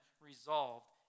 resolved